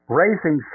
raising